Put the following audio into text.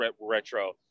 retro